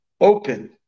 open